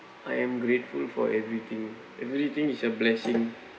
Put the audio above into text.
I am grateful for everything everything is a blessing